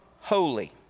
holy